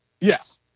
Yes